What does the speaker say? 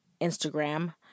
Instagram